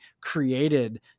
created